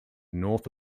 north